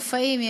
מופעים,